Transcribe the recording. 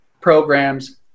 programs